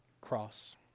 cross